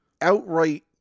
outright